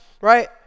right